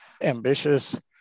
ambitious